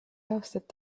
aastat